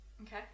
Okay